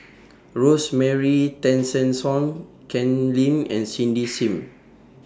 Rosemary Tessensohn Ken Lim and Cindy SIM